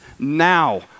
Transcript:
now